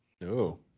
No